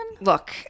Look